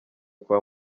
kwa